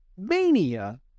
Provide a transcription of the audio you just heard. mania